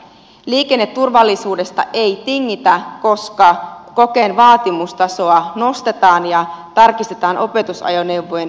liikenneturvallisuudesta ei tingitä koska kokeen vaatimustasoa nostetaan ja tarkistetaan opetusajoneuvojen hyväksymistä